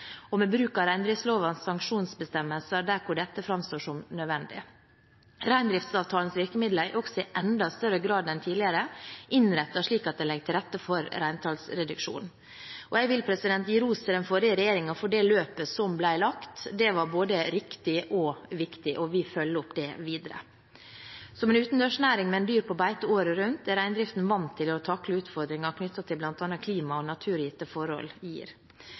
og med bruk av reindriftslovens sanksjonsbestemmelser der hvor dette framstår som nødvendig. Reindriftsavtalens virkemidler er også i enda større grad enn tidligere innrettet slik at de legger til rette for reintallsreduksjon. Jeg vil gi ros til den forrige regjeringen for det løpet som ble lagt. Det var både riktig og viktig, og vi følger opp dette videre. Som en utendørsnæring, med dyr på beite året rundt, er reindriften vant til å takle utfordringer som bl.a. klima og naturgitte forhold gir.